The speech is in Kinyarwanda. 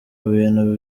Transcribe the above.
bintu